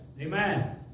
Amen